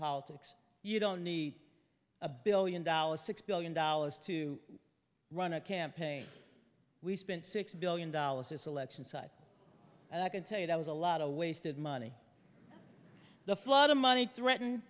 politics you don't need a billion dollars six billion dollars to run a campaign we spent six billion dollars this election cycle and i can tell you that was a lot of wasted money the flood of money threaten